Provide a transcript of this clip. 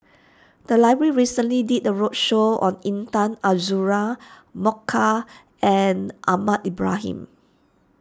the library recently did a roadshow on Intan Azura Mokhtar and Ahmad Ibrahim